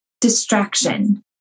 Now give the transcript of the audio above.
distraction